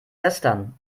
lästern